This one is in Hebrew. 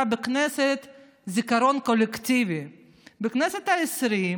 חבר הכנסת אורי מקלב, בבקשה.